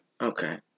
Okay